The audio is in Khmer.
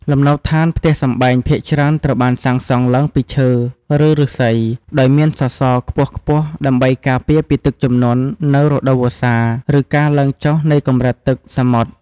លំនៅឋាន ផ្ទះសម្បែងភាគច្រើនត្រូវបានសាងសង់ឡើងពី ឈើ ឬឫស្សី ដោយមាន សសរខ្ពស់ៗ ដើម្បីការពារពីទឹកជំនន់នៅរដូវវស្សា ឬការឡើងចុះនៃកម្រិតទឹកសមុទ្រ។